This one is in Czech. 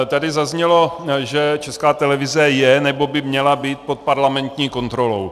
Tady zaznělo, že Česká televize je nebo by měla být pod parlamentní kontrolou.